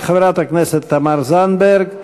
חברת הכנסת תמר זנדברג,